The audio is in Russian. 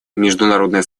международное